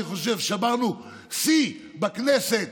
אני חושב ששברנו שיא בכנסת